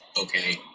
okay